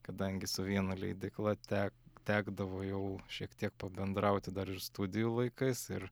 kadangi su viena leidykla tek tekdavo jau šiek tiek pabendrauti dar ir studijų laikais ir